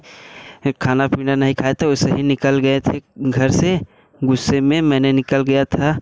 खाना पीना नहीं खाए थे वैसे ही निकल गए थे घर से गुस्से में मैंने निकल गया था